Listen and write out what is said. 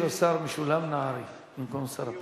משולם נהרי במקום שר הפנים.